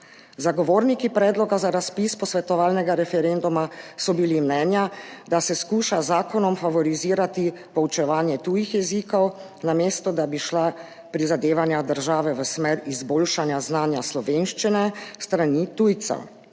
Zagovorniki predloga za razpis posvetovalnega referenduma so bili mnenja, da se skuša z zakonom favorizirati poučevanje tujih jezikov, namesto da bi šla prizadevanja države v smer izboljšanja znanja slovenščine s strani tujcev.